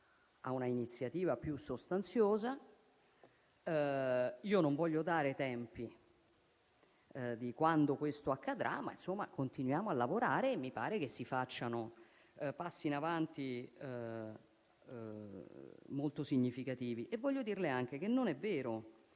a una iniziativa più sostanziosa. Io non voglio dare tempi rispetto a quando questo accadrà, ma continuiamo a lavorare e mi sembra che si facciano passi in avanti molto significativi. Desidero anche dire che non è vero